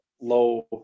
low